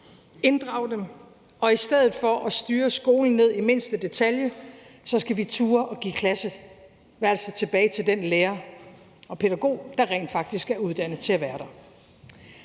inddrage dem, og i stedet for at styre skolen ned i mindste detalje skal vi turde at give klasseværelset tilbage til den lærer og den pædagog, der rent faktisk er uddannet til at være der.